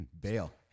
Bail